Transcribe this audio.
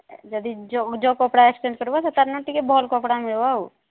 ଯଦି ଯୋଉ କପଡ଼ା ଏକ୍ସଚେଞ୍ଜ କରିବ ସେ ତାର ନା ଟିକେ ଭଲ କପଡ଼ା ମିଳିବ ଆଉ